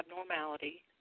abnormality